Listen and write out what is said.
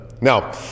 Now